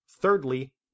Thirdly